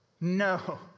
no